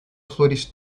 flores